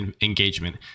engagement